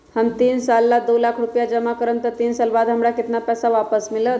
हम तीन साल ला दो लाख रूपैया जमा करम त तीन साल बाद हमरा केतना पैसा वापस मिलत?